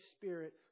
Spirit